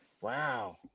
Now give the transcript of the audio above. Wow